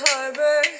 Harbor